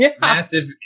massive